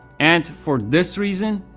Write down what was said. and for this reason,